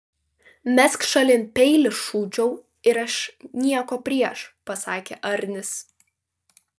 mesk šalin peilį šūdžiau ir aš nieko prieš pasakė arnis